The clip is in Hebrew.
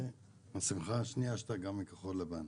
והשמחה השנייה שאתה גם מכחול לבן,